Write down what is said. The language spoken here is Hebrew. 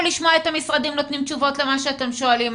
לשמוע את המשרדים נותנים תשובות למה שאתם שואלים?